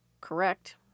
correct